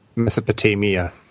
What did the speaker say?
Mesopotamia